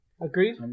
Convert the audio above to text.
Agreed